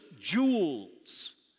jewels